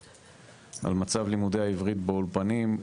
על מצב לימודי העברית באולפנים,